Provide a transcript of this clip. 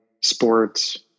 sports